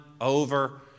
over